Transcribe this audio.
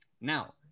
Now